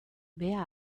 bea